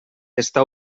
està